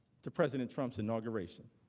to president trump's inauguration.